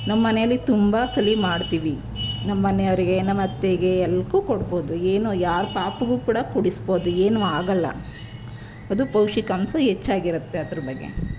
ನಮ್ಮನೇಲಿ ತುಂಬ ಸಲ ಮಾಡ್ತೀವಿ ನಮ್ಮನೆಯವರಿಗೆ ನಮ್ಮತ್ತೆಗೆ ಎಲ್ಲರ್ಗೂ ಕೊಡ್ಬೋದು ಏನೂ ಯಾರ ಪಾಪುಗೂ ಕೂಡ ಕುಡಿಸ್ಬೋದು ಏನೂ ಆಗೋಲ್ಲ ಅದು ಪೌಷ್ಟಿಕಾಂಶ ಹೆಚ್ಚಾಗಿರುತ್ತೆ ಅದ್ರ ಬಗ್ಗೆ